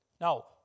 Now